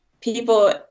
people